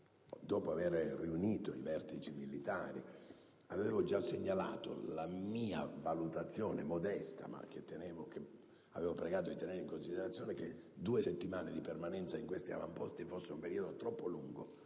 dopo avere riunito i vertici militari, avevo già segnalato la mia valutazione modesta, ma che avevo pregato di tenere in considerazione, in base alla quale due settimane di permanenza in questi avamposti risultavano un periodo troppo lungo